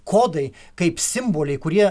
kodai kaip simboliai kurie